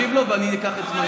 אז תשיב לו, ואני אקח את זמני.